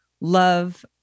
love